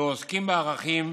ועוסקים בערכים